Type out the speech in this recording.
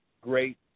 great